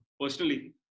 personally